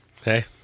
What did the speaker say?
Okay